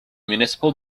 municipal